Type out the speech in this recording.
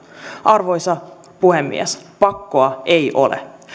arvoisa puhemies pakkoa ei ole